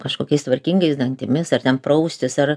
kažkokiais tvarkingais dantimis ar ten praustis ar